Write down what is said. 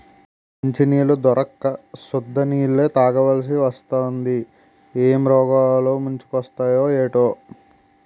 మంచినీళ్లు దొరక్క సుద్ద నీళ్ళే తాగాలిసివత్తాంది ఏం రోగాలు ముంచుకొత్తయే ఏటో